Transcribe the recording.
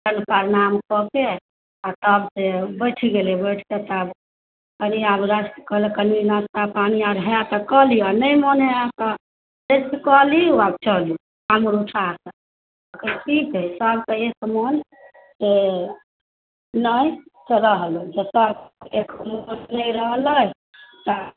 प्रणाम कऽ के आओर तब फेर बैठ गेलै बैठ कऽ तब कहलक कनि नाश्ता पानि आब हइ तऽ कऽ लिअ नहि मोन हइ अहाँके तऽ रेस्ट कऽ लियौ आ चलू काँवर उठा कऽ कहलकै ठीक अछि सभके एक रंग मोन तऽ नहि रहल जतय एक मोन नहि रहलै तऽ